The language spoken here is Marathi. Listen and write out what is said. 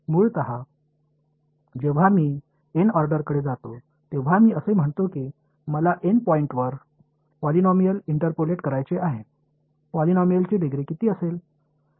मूलतः जेव्हा मी एन ऑर्डरकडे जातो तेव्हा मी असे म्हणतो की मला एन पॉईंट्सवर पॉलिनॉमियल इंटरपोलेट करायचे आहे पॉलिनॉमियलची डिग्री किती असेल